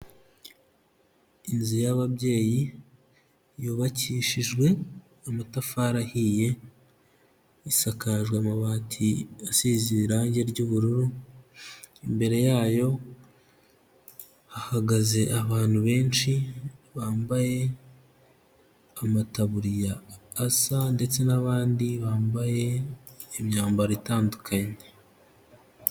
Inzu y'ababyeyi yubakishijwe amatafari ahiye, isakaje amabati asize irangi ry'ubururu, imbere yayo hahagaze abantu benshi bambaye amataburiya asa ndetse n'abandi bambaye imyambaro itandukanye.